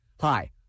Hi